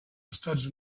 estats